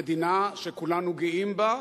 המדינה שכולנו גאים בה,